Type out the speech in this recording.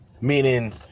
meaning